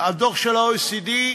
הדוח של ה-OECD,